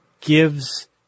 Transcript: gives